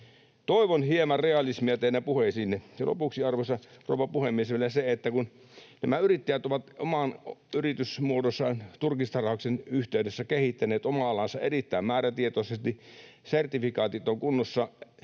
Toivon hieman realismia teidän puheisiinne. Lopuksi, arvoisa rouva puhemies, vielä se, että nämä yrittäjät ovat oman yritystoimintansa, turkistarhauksen, yhteydessä kehittäneet omaa alaansa erittäin määrätietoisesti: sertifikaatit ovat kunnossa,